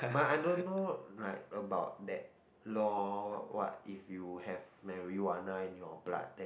but I don't know like about that law what if you have marijuana in your blood then